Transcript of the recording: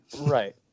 Right